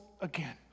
again